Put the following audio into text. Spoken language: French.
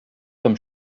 comme